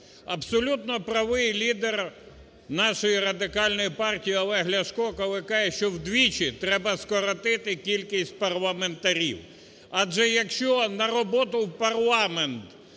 Абсолютно правий лідер нашої Радикальної партії Олег Ляшко, коли каже, що вдвічі треба скоротити кількість парламентарів. Адже, якщо на роботу в парламент